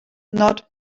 not